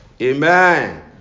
Amen